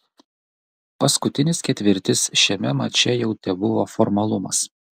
paskutinis ketvirtis šiame mače jau tebuvo formalumas